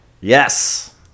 Yes